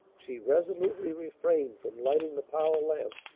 she resolutely refrained from lighting the parlor lamp,